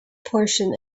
portion